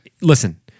Listen